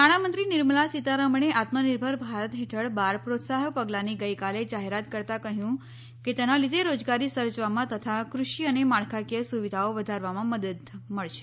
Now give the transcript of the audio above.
નાણાંમંત્રી નિર્મલા સીતારમણે આત્મનિર્ભર ભારત હેઠળ બાર પ્રોત્સાહક પગલાંની ગઈકાલે જાહેરાત કરતાં કહ્યું કે તેનાં લીધે રોજગારી સર્જવામાં તથા કૃષિ અને માળખાકીય સુવિધાઓ વધારવામાં મદદ મળશે